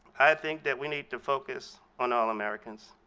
i think that we need to focus on all americans.